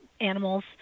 animals